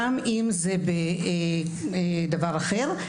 גם אם זה בדבר אחר.